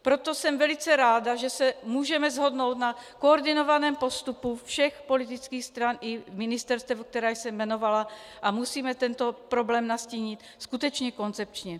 Proto jsem velice ráda, že se můžeme shodnout na koordinovaném postupu všech politických stran i ministerstev, která jsem jmenovala, a musíme tento problém nastínit skutečně koncepčně.